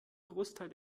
großteil